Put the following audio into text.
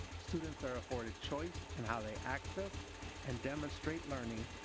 students are afforded choice in how they access and demonstrate learning.